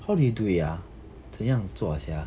how do they do it ah 怎样做 sia